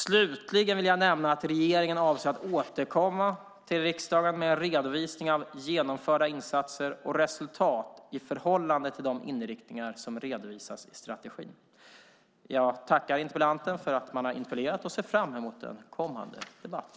Slutligen vill jag nämna att regeringen avser att återkomma till riksdagen med en redovisning av genomförda insatser och resultat i förhållande till de inriktningar som redovisas i strategin. Jag tackar interpellanten för att hon ställt frågan och ser fram emot den kommande debatten.